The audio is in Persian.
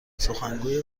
سخنگوی